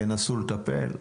ינסו לטפל,